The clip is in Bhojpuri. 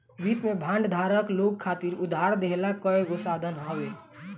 वित्त में बांड धारक लोग खातिर उधार देहला कअ एगो साधन हवे